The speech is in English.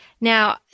Now